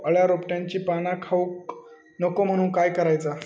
अळ्या रोपट्यांची पाना खाऊक नको म्हणून काय करायचा?